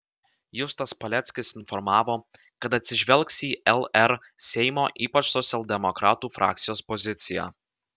justas paleckis informavo kad atsižvelgs į lr seimo ypač socialdemokratų frakcijos poziciją